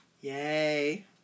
Yay